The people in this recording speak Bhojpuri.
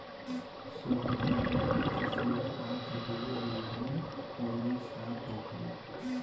शहद वाला वैक्स से हाथ गोड़ मुलायम अउरी साफ़ होखेला